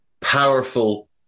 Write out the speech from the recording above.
powerful